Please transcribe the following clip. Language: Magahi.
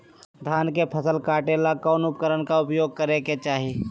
धान के फसल काटे ला कौन उपकरण उपयोग करे के चाही?